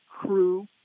crew